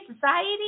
society